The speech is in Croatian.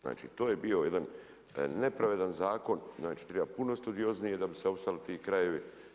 Znači to je bio jedan nepravedan zakon, znači treba puno studioznije da bi se opstalo ti krajevi.